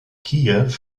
kiew